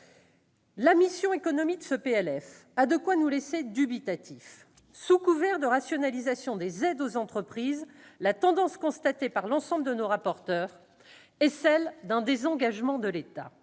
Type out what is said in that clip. ce projet de loi de finances a de quoi nous laisser dubitatifs. Sous couvert de rationalisation des aides aux entreprises, la tendance constatée par l'ensemble de nos rapporteurs est celle d'un désengagement de l'État.